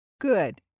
Good